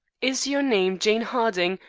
is your name jane harding,